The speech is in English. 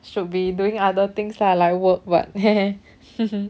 should be doing other things lah like work but hmm hmm